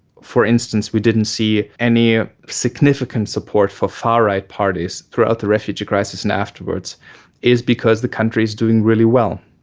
for instance, we didn't see any ah significant support for far right parties throughout the refugee crisis and afterwards is because the country is doing really well.